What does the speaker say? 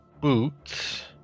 boots